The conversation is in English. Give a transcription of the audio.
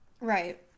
Right